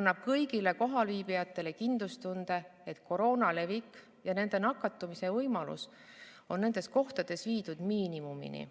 annab kõigile kohalviibijatele kindlustunde, et koroonaviiruse levik ja sellega nakatumise võimalus on nendes kohtades viidud miinimumini.